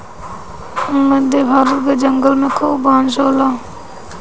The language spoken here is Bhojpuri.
मध्य भारत के जंगल में खूबे बांस होला